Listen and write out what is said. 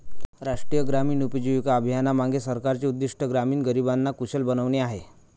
राष्ट्रीय ग्रामीण उपजीविका अभियानामागे सरकारचे उद्दिष्ट ग्रामीण गरिबांना कुशल बनवणे आहे